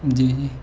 جی جی